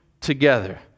together